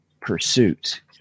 pursuit